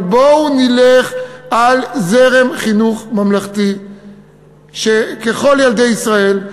אבל בואו נלך על זרם חינוך ממלכתי שככל ילדי ישראל,